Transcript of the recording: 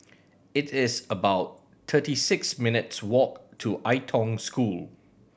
it is about thirty six minutes' walk to Ai Tong School